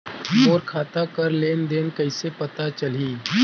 मोर खाता कर लेन देन कइसे पता चलही?